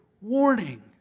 warning